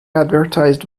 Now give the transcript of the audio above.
advertised